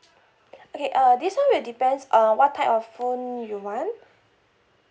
okay uh this one will depends on what type of phone you want